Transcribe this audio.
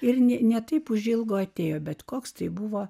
ir ne ne taip užilgo atėjo bet koks tai buvo